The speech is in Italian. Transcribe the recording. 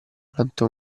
durante